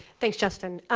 thanks, justin.